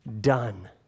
done